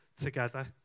together